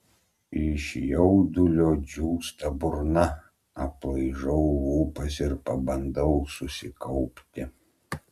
iš jaudulio džiūsta burna aplaižau lūpas ir pabandau susikaupti